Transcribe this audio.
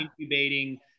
incubating